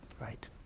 Right